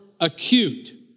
acute